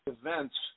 events